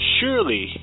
Surely